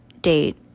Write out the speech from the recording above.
date